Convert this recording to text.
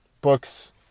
books